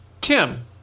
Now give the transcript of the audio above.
Tim